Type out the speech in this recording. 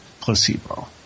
placebo